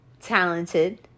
Talented